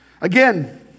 Again